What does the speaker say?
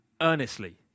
earnestly